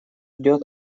идет